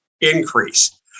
increase